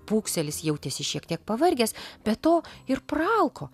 pūkselis jautėsi šiek tiek pavargęs be to ir praalko